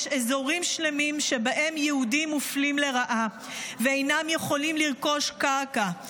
יש אזורים שלמים שבהם יהודים מופלים לרעה ואינם יכולים לרכוש קרקע.